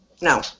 No